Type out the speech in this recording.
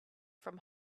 from